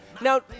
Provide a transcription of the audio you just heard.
Now